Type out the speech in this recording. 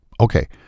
okay